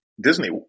disney